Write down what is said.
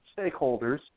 stakeholders